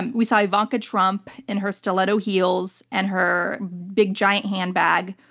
we saw ivanka trump in her stiletto heels and her big, giant handbag,